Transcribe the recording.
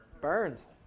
Burns